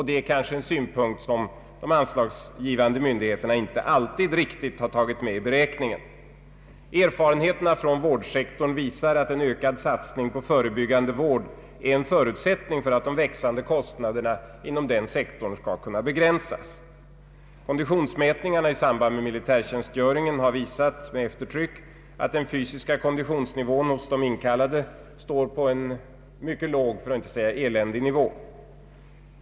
stöd till idrotten en synpunkt som de anslagsgivande myndigheterna inte alltid har tagit med i beräkningen. Erfarenheterna från vårdsektorn visar alt en ökad satsning på förebyggande vård är en förutsättning för att de växande kostnaderna inom denna sektor skall kunna begränsas. Konditionsmätningarna i sambad med militärtjänstgöringen har visat med eftertryck att den fysiska konditionsnivån hos de inkallade står på en mycket låg, för att inte säga eländig, nivå.